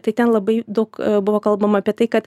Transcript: tai ten labai daug buvo kalbama apie tai kad